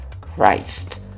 Christ